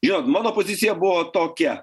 žinot mano pozicija buvo tokia